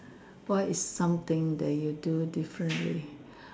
what is something that you do differently